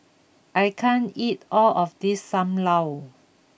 I can't eat all of this Sam Lau